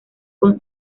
con